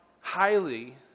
highly